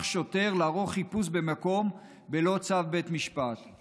שוטר לערוך חיפוש במקום בלא צו בית משפט;